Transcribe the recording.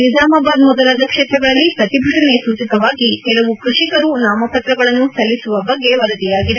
ನಿಜಾಮಾಬಾದ್ ಮೊದಲಾದ ಕ್ಷೇತ್ರಗಳಲ್ಲಿ ಪ್ರತಿಭಟನೆ ಸೂಚಕವಾಗಿ ಕೆಲವು ಕ್ಷಷಿಕರು ನಾಮಪ್ರತಗಳನ್ನು ಸಲ್ಲಿಸುವ ಬಗ್ಗೆ ವರದಿಯಾಗಿದೆ